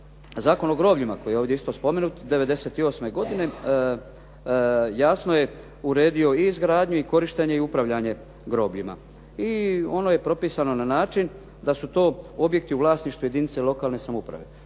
Zakon o grobljima koji je ovdje isto spomenut, '98. godine jasno je uredio i izgradnju i korištenje i upravljanje grobljima. I ono je propisano na način da su to objekti u vlasništvu jedinice lokalne samouprave.